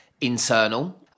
internal